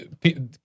people